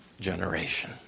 generation